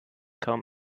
kaum